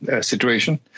situation